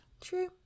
True